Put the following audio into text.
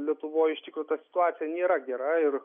lietuvoj iš tikro ta situacija nėra gera ir